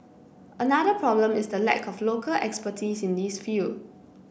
another problem is the lack of local expertise in this field